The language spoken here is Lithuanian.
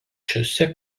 šiose